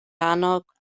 annog